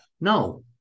no